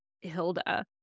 hilda